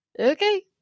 Okay